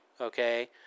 okay